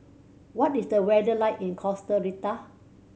what is the weather like in Costa Rica